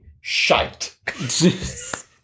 shite